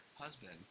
husband